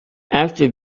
after